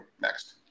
next